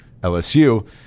LSU